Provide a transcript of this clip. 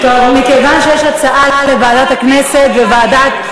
מכיוון שיש הצעה לוועדת הכנסת וועדת,